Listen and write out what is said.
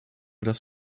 das